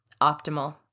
optimal